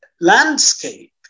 landscape